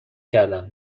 کردم